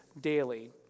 daily